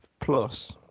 plus